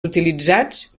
utilitzats